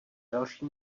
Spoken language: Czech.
další